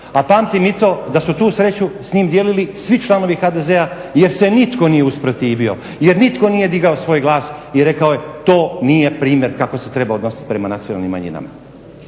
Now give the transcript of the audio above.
a pamtim i to da su tu sreću s njim dijelili svi članovi HDZ-a jer se nitko nije usprotivio, jer nitko nije digao svoj glas i rekao to nije primjer kako se treba odnositi prema nacionalnim manjinama.